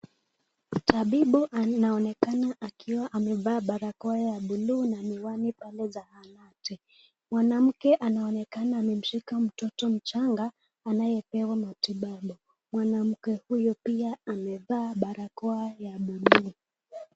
Tabibu anaonekana akiwa amevaa barakoa ya buluu na miwani pale zahanati. Mwanamke anaonekana amemshika mtoto mchanga anayepewa matibabu, mwanamke huyo pia amevaa barakoa ya buluu.